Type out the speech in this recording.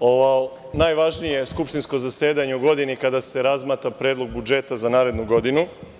ovo najvažnije skupštinsko zasedanje u godini kada se razmatra predlog budžeta za narednu godinu.